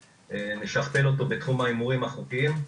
ונשכפל אותו בתחום ההימורים החוקיים.